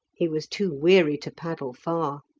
he was too weary to paddle far.